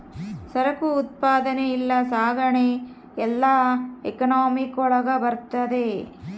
ಸರಕು ಉತ್ಪಾದನೆ ಇಲ್ಲ ಸಾಗಣೆ ಎಲ್ಲ ಎಕನಾಮಿಕ್ ಒಳಗ ಬರ್ತದೆ